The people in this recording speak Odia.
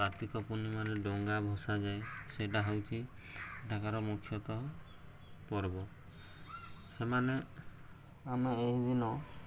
କାର୍ତ୍ତିକ ପୂର୍ଣ୍ଣିମାରେ ଡ଼ଙ୍ଗା ଭସାଯାଏ ସେଇଟା ହେଉଛି ଏଠାକାର ମୁଖ୍ୟତଃ ପର୍ବ ସେମାନେ ଆମେ ଏହିଦିନ